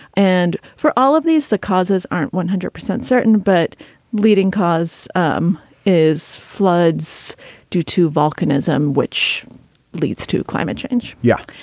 and for all of these, the causes aren't one hundred percent certain. but leading cause um is floods due to volcanism, which leads to climate change. yeah.